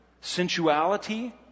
sensuality